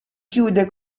chiude